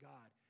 God